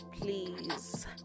please